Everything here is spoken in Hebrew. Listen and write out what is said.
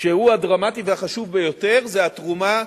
שהוא הדרמטי והחשוב ביותר, זה התרומה,